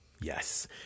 Yes